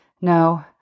No